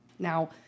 Now